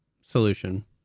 solution